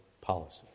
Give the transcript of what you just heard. policy